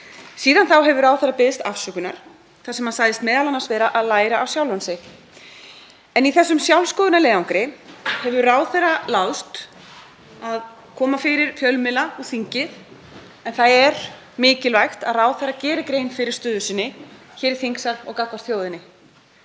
Síðan þá hefur ráðherra beðist afsökunar þar sem hann sagðist m.a. vera að læra á sjálfan sig en í þessum sjálfsskoðunarleiðangri hefur ráðherra láðst að koma fyrir fjölmiðla og þingið en það er mikilvægt að ráðherra geri grein fyrir stöðu sinni hér í þingsal og gagnvart þjóðinni.